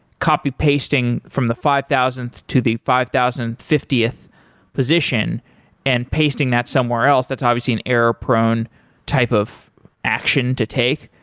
copy pasting from the five thousandth to the five thousand and fiftieth position and pasting that somewhere else. that's obviously an error-prone type of action to take.